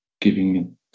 giving